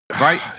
right